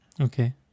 Okay